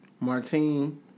Martine